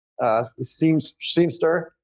Seamster